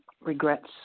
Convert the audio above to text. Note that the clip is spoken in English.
regrets